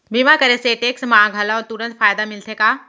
बीमा करे से टेक्स मा घलव तुरंत फायदा मिलथे का?